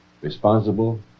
responsible